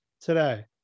today